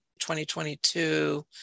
2022